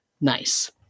Nice